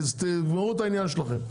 תגמרו את העניין שלכם.